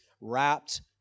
wrapped